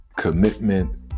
commitment